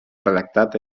redactat